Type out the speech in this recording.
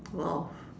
!wow!